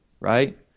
right